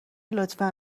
لطفا